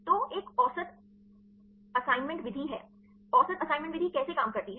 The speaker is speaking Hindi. तो एक औसत असाइनमेंट विधि है औसत असाइनमेंट विधि कैसे काम करती है